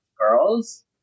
girls